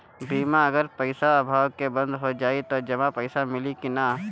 बीमा अगर पइसा अभाव में बंद हो जाई त जमा पइसा मिली कि न?